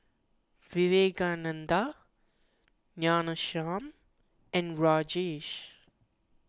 Vivekananda Ghanshyam and Rajesh